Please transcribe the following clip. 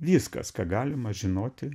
viskas ką galima žinoti